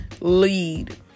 lead